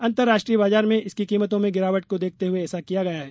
अंतरराष्ट्रीय बाजार में इसकी कीमतों में गिरावट को देखते हए ऐसा किया गया है